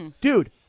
Dude